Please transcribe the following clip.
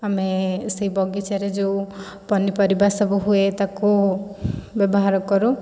ଆମେ ସେଇ ବଗିଚାରେ ଯେଉଁ ପନିପରିବା ସବୁ ହୁଏ ତାକୁ ବ୍ୟବହାର କରୁ